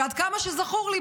ועד כמה שזכור לי,